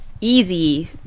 easy